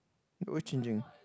go changing